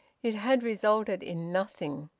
it had resulted in nothing.